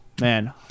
man